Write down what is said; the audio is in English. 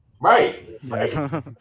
right